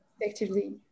effectively